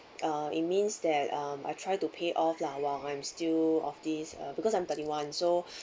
uh it means that um I try to pay off lah while I am still of this uh because I'm thirty one so